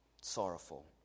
sorrowful